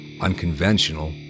unconventional